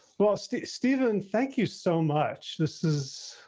ah steve, steven, thank you so much. this is